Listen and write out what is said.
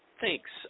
Thanks